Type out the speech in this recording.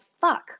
fuck